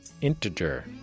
integer